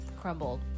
crumbled